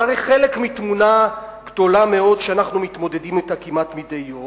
זה הרי חלק מתמונה גדולה מאוד שאנחנו מתמודדים אתה כמעט מדי יום.